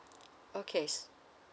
okays